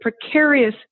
precarious